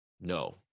no